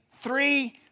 three